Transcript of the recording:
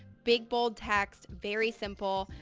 big bold text, very simple,